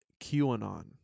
QAnon